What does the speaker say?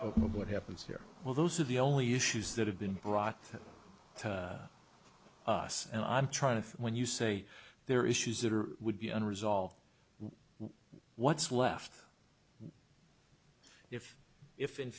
what happens here well those are the only issues that have been brought to us and i'm trying to when you say they're issues that are would be unresolved what's left if if in